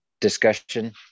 discussion